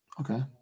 Okay